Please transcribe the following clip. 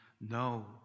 No